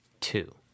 Two